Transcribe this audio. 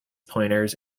pointers